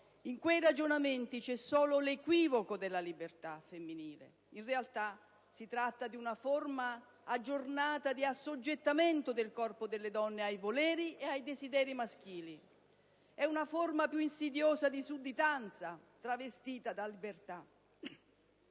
In quei ragionamenti c'è solo l'equivoco della libertà femminile. In realtà, si tratta di una forma aggiornata di assoggettamento del corpo delle donne ai voleri e ai desideri maschili. È una forma più insidiosa di sudditanza, travestita da libertà.